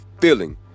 feeling